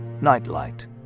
Nightlight